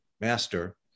master